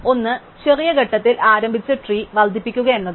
ഒന്ന്ചെറിയ ഘട്ടത്തിൽ ആരംഭിച്ച് ട്രീ വർദ്ധിപ്പിക്കുക എന്നതാണ്